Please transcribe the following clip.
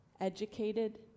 educated